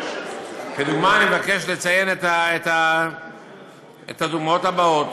אני מבקש לציין את הדוגמאות הבאות: